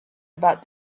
about